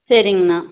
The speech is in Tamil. சரிங்ண்ணா